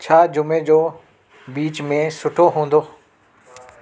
छा जुमे जो बीच में सुठो हूंदो